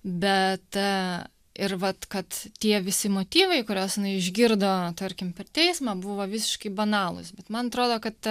bet ir vat kad tie visi motyvai kuriuos jinai išgirdo tarkim per teismą buvo visiškai banalūs bet man atrodo kad